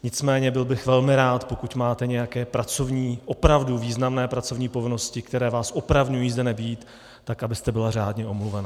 Nicméně byl bych velmi rád, pokud máte nějaké pracovní, opravdu významné pracovní povinnosti, které vás opravňují zde nebýt, tak abyste byla řádně omluvena.